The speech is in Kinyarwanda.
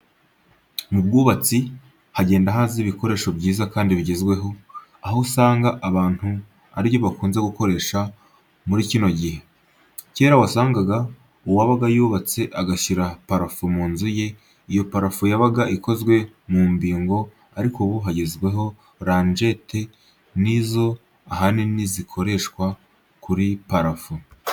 Mu bwubatsi hagenda haza ibikoresho byiza kandi bigezweho, aho usanga abantu ari byo bakunze gukoresha muri kino gihe. Kera wasangaga uwabaga yubatse agashyira parafo mu nzu ye, iyo parafo yabaga ikozwe n'imbingo ariko ubu hagezwe ranjete ni zo ahanini zikoreshwa kuri parafo.